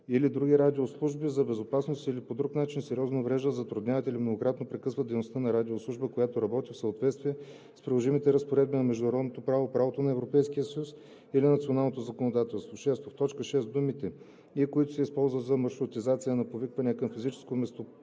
или други радиослужби за безопасност или по друг начин сериозно увреждат, затрудняват или многократно прекъсват дейността на радиослужба, която работи в съответствие с приложимите разпоредби на международното право, правото на Европейския съюз или националното законодателство.“ 6. В т. 6 думите „и които се използват за маршрутизация на повиквания към физическо